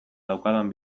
daukadan